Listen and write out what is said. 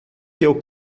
que